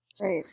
Right